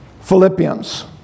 Philippians